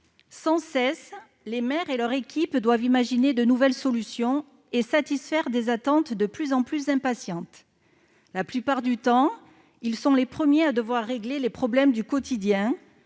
Sans cesse, les maires et leurs équipes doivent imaginer de nouvelles solutions et satisfaire des attentes de plus en plus impatientes. La plupart du temps, ils sont les premiers à devoir régler les problèmes du quotidien,